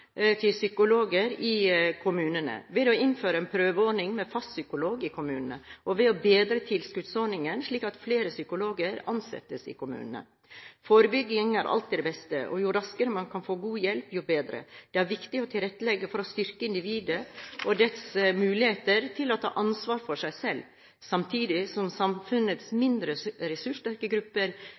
til psykologer i kommunene ved å innføre en prøveordning med fastpsykolog i kommunene, og ved å bedre tilskuddsordningen slik at flere psykologer ansettes i kommunene. Forebygging er alltid det beste, og jo raskere man kan få god hjelp, jo bedre. Det er viktig å tilrettelegge for å styrke individet og dets muligheter til å ta ansvar for seg selv, samtidig som samfunnets mindre ressurssterke grupper